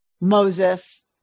Moses